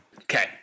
Okay